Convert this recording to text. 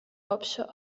آبشار